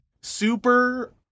super